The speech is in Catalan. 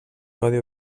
codi